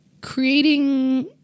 creating